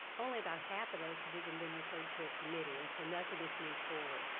only about have of those have even been referred to a committee. and so, nothing has moved forward.